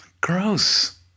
Gross